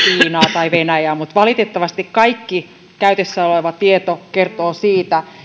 tai venäjää mutta valitettavasti kaikki käytössä oleva tieto kertoo siitä